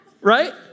right